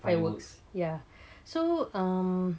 fireworks ya so um